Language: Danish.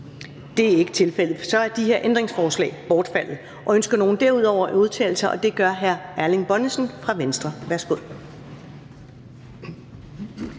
Det er ikke tilfældet. Så er ændringsforslagene bortfaldet. Ønsker nogen derudover at udtale sig? Det gør hr. Erling Bonnesen fra Venstre. Inden